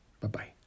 Bye-bye